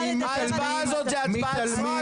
ההצבעה הזאת היא הצבעת סרק?